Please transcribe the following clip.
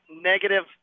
negative